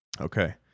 Okay